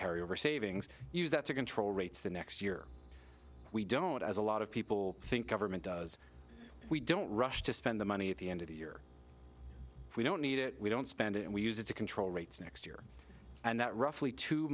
carry over savings use that to control rates the next year we don't as a lot of people think government does we don't rush to spend the money at the end of the year we don't need it we don't spend it and we use it to control rates next year and that roughly two